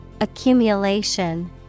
Accumulation